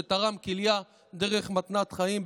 שתרם כליה דרך מתנת חיים.